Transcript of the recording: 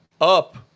up